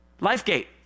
LifeGate